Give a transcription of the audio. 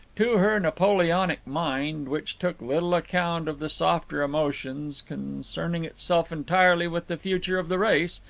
to her napoleonic mind, which took little account of the softer emotions, concerning itself entirely with the future of the race,